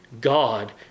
God